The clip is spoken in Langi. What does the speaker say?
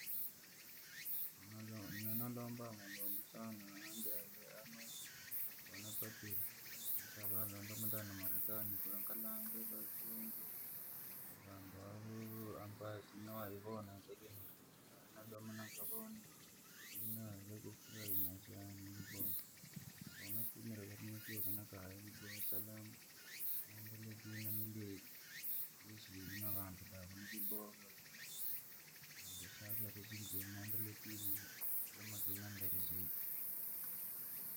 Nini nalomba mulungu sana anjaalie aya maisha, konapatire nosa ndome na marekani nkalange vazungu, vantu ava ambayo sina waya vona. Nategemea dome nkavone ili niweze kufurahi maisha yane vyaboha konafumire kuru nifyuke na kainigave salama, niendelee kiinanilia kuishi na vantu da kura vyaboha, nosakariziki kinazidi doma nambere zaidi.